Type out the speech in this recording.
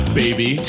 baby